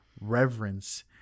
reverence